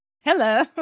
hello